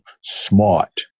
Smart